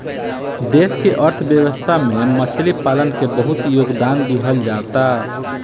देश के अर्थव्यवस्था में मछली पालन के बहुत योगदान दीहल जाता